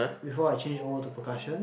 before I change over to percussion